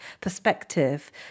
perspective